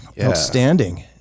Outstanding